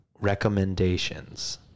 recommendations